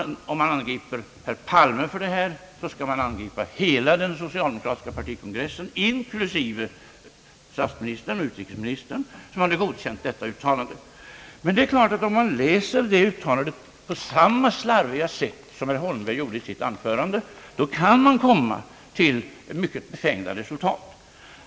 Om man angriper herr Palme för detta skall man angripa hela den socialdemokratiska partikongressen inklusive statsministern och utrikesministern, som hade godkänt detta uttalande. Nej, det är klart att om man läser det uttalandet på samma slarviga sätt som herr Holmberg gjorde i sitt anförande kan man komma till mycket befängda resultat.